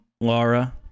Laura